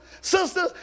sister